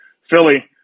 Philly